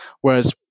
Whereas